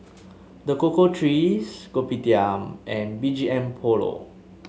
The Cocoa Trees Kopitiam and B G M Polo